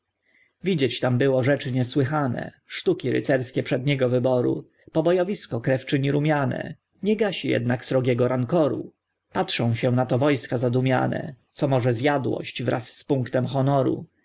widziec tam było rzeczy niesłychane sztuki rycerskie przedniego wyboru pobojowisko krew czyni rumiane nie gasi jednak srogiego rankoru patrzą się na to wojska zadumiane co może zjadłość wraz z punktem honoru